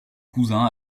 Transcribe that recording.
cousin